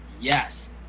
yes